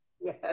Yes